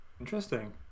Interesting